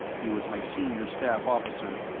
he was my senior staff officer,